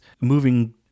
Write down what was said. moving